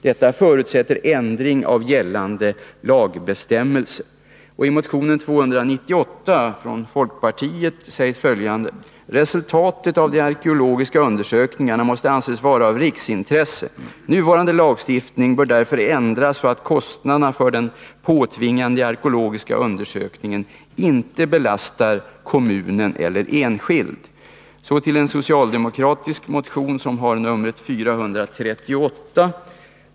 Detta förutsätter ändring av gällande lagbestämmelser.” Och i motionen 298 från folkpartiet sägs följande: ”Resultatet av de arkeologiska undersökningarna måste anses vara av riksintresse. Nuvarande lagstiftning bör därför ändras så att kostnaderna för den påtvingade arkeologiska undersökningen inte belastar kommun eller enskild.” Så till den socialdemokratiska motion som fått numret 438.